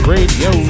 Radio